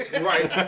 Right